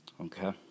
Okay